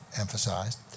emphasized